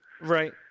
Right